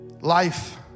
Life